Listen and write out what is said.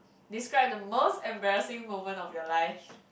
describe the most embarrassing moment of your life